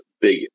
big